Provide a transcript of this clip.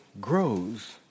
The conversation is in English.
grows